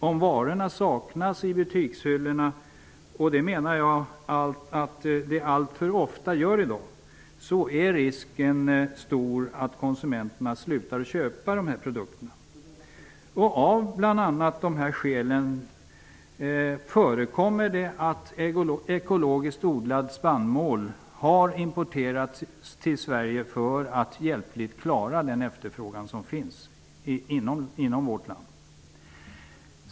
Om varorna saknas i butikshyllorna, vilket jag menar att de alltför ofta gör i dag, är risken stor att konsumenterna slutar att köpa dessa produkter. Av bl.a. dessa skäl förekommer det att ekologiskt odlad spannmål har importerats till Sverige för att hjälpligt klara vårt lands efterfrågan.